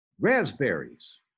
raspberries